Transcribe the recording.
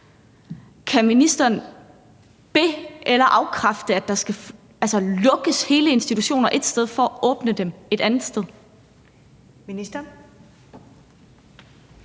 Kan ministeren be- eller afkræfte, at der altså skal lukkes hele institutioner et sted for at åbne dem et andet sted?